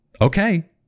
Okay